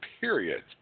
period